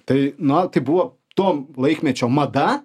tai na tai buvo to laikmečio mada